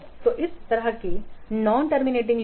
तो इस तरह के नॉन टर्मिनेटिंग लूप